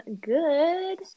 good